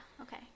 okay